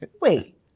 Wait